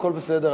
הכול בסדר,